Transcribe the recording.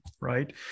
right